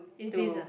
is this ah